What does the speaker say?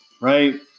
right